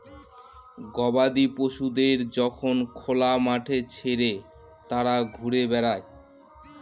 গবাদি পশুদের যখন খোলা মাঠে ছেড়ে তারা ঘুরে বেড়ায়